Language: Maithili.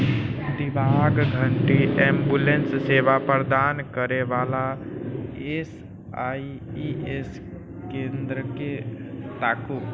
दिबाङ्ग घाटी जिलामे एम्बुलेंस सेवा प्रदान करएवला ई एस आई सी केंद्रकेँ ताकू